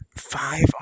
Five